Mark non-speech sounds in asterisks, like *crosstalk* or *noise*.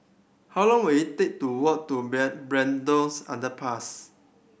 how long will it take to walk to *unintelligible* Braddells Underpass